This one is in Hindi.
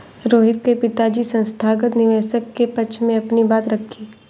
रोहित के पिताजी संस्थागत निवेशक के पक्ष में अपनी बात रखी